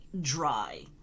dry